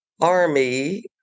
Army